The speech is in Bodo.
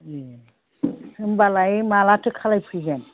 ए होमब्लालाय मालाथो खालामफैगोन